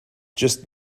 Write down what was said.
just